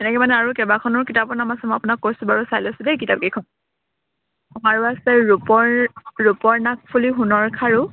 তেনেকৈ মানে আৰু কেইবাখনো কিতাপৰ নাম আছে মই আপোনাক কৈছোঁ বাৰু চাই লৈছোঁ দেই কিতাপকেইখন আৰু আছে ৰূপৰ ৰূপৰ নাক ফুলি সোণৰ খাৰু